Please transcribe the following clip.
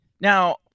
now